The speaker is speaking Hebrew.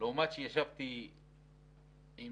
למרות שישבתי עם